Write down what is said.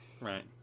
right